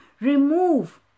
remove